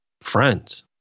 friends